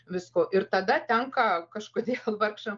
visko ir tada tenka kažkodėl vargšam